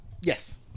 Yes